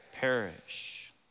Perish